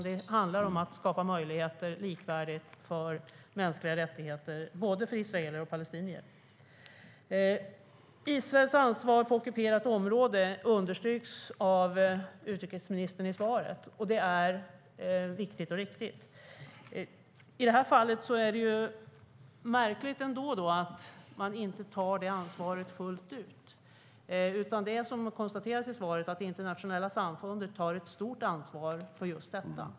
Det handlar om att skapa likvärdiga möjligheter till mänskliga rättigheter för både israeler och palestinier. Israels ansvar på ockuperat område understryks av utrikesministern i svaret. Det är viktigt och riktigt. I det här fallet är det ändå märkligt att man inte tar det ansvaret fullt ut. Det konstateras i svaret att det internationella samfundet tar ett stort ansvar för just detta.